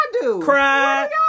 cry